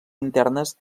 internes